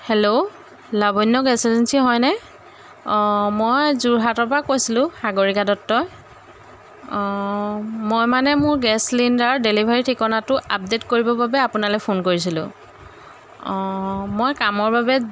hello Lavanya gas agency হয়নে অঁ মই যোৰহাটৰ পৰা কৈছিলোঁ সাগৰিকা দত্তই অঁ মই মানে মোৰ গেছ চিলিণ্ডাৰৰ ডেলিভাৰী ঠিকনাটো আপডেট কৰিবৰ বাবে আপোনালৈ ফোন কৰিছিলোঁ অঁ মই কামৰ বাবে